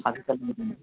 আজিকালি নুশুনে